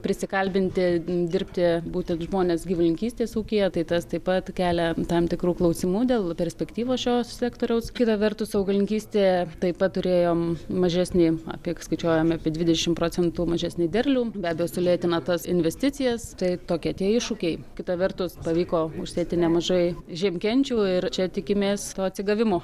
prisikalbinti dirbti būtent žmones gyvulininkystės ūkyje tai tas taip pat kelia tam tikrų klausimų dėl perspektyvos šio sektoriaus kita vertus augalininkystėje taip pat turėjom mažesnį apie skaičiuojam apie dvidešimt procentų mažesnį derlių be abejo sulėtina tas investicijas tai tokie tie iššūkiai kita vertus pavyko užsėti nemažai žiemkenčių ir čia tikimės to atsigavimo